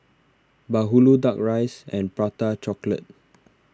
Bahulu Duck Rice and Prata Chocolate